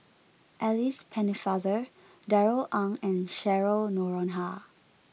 Alice Pennefather Darrell Ang and Cheryl Noronha